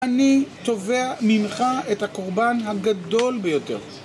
אני תובע ממך את הקורבן הגדול ביותר